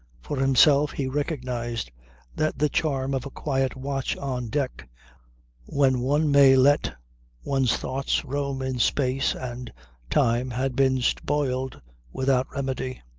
for himself, he recognized that the charm of a quiet watch on deck when one may let one's thoughts roam in space and time had been spoiled without remedy.